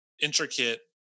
intricate